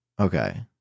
Okay